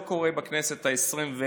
לצערי זה לא קורה בכנסת העשרים-וחמש,